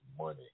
money